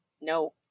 No